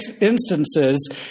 instances